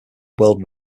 world